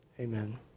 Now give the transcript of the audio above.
Amen